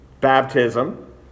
baptism